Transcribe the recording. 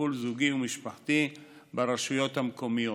לטיפול זוגי ומשפחתי ברשויות המקומיות.